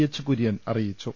H Kurian അറിയിച്ചു